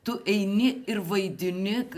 tu eini ir vaidini